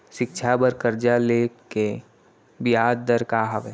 शिक्षा बर कर्जा ले के बियाज दर का हवे?